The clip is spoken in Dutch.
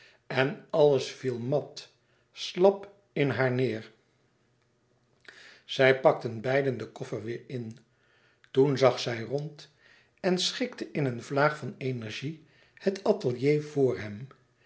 en alles viel mat slap in haar neêr zij pakten beiden den koffer weêr in toen zag zij rond en schikte in een vlaag van energie het atelier voor hèm